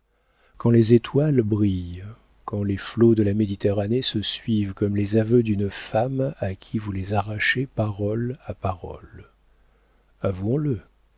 quand les étoiles brillent quand les flots de la méditerranée se suivent comme les aveux d'une femme à qui vous les arrachez parole à parole avouons-le